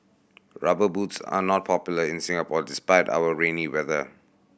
Rubber Boots are not popular in Singapore despite our rainy weather